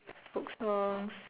folk songs